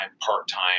part-time